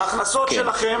ההכנסות שלכם